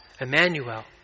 Emmanuel